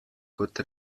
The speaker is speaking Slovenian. kot